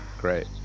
great